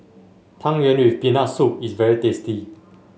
Tang Yuen with Peanut Soup is very tasty